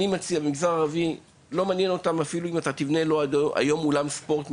במגזר הערבי זה לא מעניין אותם אם תבנה לו היום אולם ספורט ממוזג,